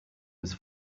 was